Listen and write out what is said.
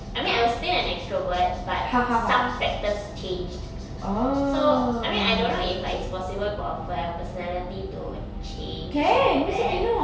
I mean I'm still an extrovert but some factors changed so I mean I don't know if like it's possible for our personality to change like that